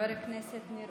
חבר הכנסת ניר